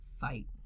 fight